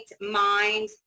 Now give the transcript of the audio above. mind